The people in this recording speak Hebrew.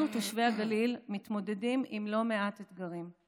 אנחנו, תושבי הגליל, מתמודדים עם לא מעט אתגרים.